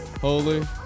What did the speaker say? holy